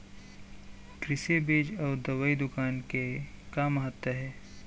कृषि बीज अउ दवई दुकान के का महत्ता हे?